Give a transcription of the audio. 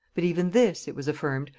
but even this, it was affirmed,